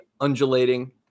undulating